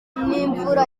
n’imvura